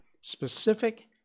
specific